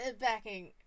backing